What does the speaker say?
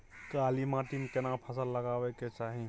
काला माटी में केना फसल लगाबै के चाही?